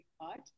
hot